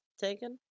taken